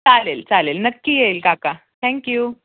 चालेल चालेल नक्की येईल काका थँक्यू